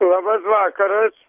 labas vakaras